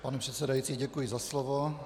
Pane předsedající, děkuji za slovo.